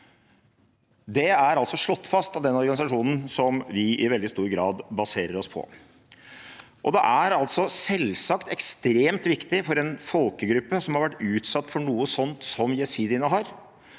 altså slått fast av den organisasjonen vi i veldig stor grad baserer oss på. Det er selvsagt ekstremt viktig for en folkegruppe som har vært utsatt for noe sånt som jesidiene har,